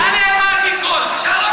לאן נעלמה, תשאל אותו.